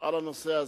על הנושא הזה.